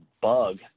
bug